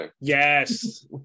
Yes